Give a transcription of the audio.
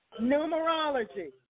numerology